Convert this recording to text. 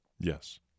Yes